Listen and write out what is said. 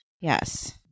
Yes